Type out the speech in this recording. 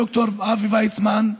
ד"ר אבי ויסמן,